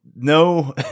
No